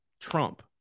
Trump